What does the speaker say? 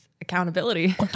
Accountability